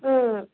ওম